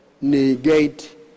negate